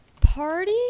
party